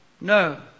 No